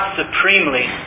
supremely